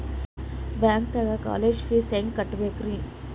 ಬ್ಯಾಂಕ್ದಾಗ college fees ಹೆಂಗ್ ಕಟ್ಟ್ಬೇಕ್ರಿ?